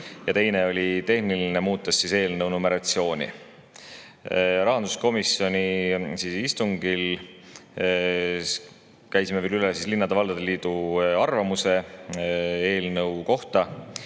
ja teine oli tehniline, muutes eelnõu numeratsiooni. Rahanduskomisjoni istungil käisime veel üle linnade ja valdade liidu arvamuse eelnõu kohta.